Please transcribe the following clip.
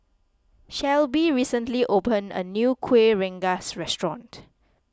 Shelbi recently opened a new Kueh Rengas restaurant